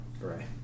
Right